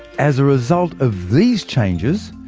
as a result of these changes,